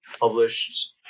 published